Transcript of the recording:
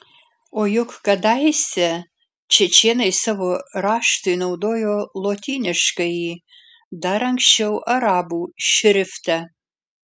o juk kadaise čečėnai savo raštui naudojo lotyniškąjį dar anksčiau arabų šriftą